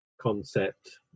concept